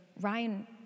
Ryan